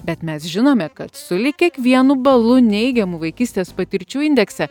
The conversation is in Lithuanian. bet mes žinome kad sulig kiekvienu balu neigiamų vaikystės patirčių indekse